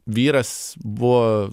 vyras buvo